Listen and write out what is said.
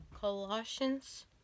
Colossians